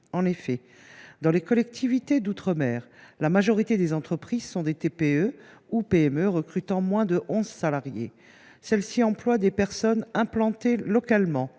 En effet, dans les collectivités d’outre mer, la majorité des entreprises sont des TPE ou des PME de moins de onze salariés. Celles ci emploient des personnes implantées localement